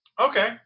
Okay